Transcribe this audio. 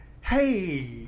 Hey